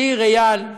שיר ואייל,